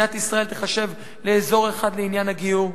מדינת ישראל תיחשב לאזור אחד לעניין הגיור.